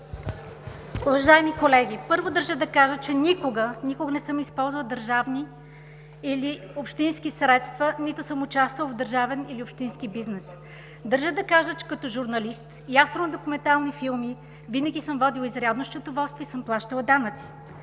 Уважаеми колеги, първо, държа да кажа, че никога, никога не съм използвала държавни или общински средства, нито съм участвала в държавен или общински бизнес. Държа да кажа, че като журналист и автор на документални филми винаги съм водила изрядно счетоводство и съм плащала данъци.